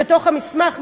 בתוך המסמך,